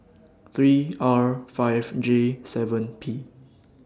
three R five J seven P